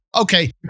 okay